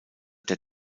der